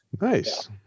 Nice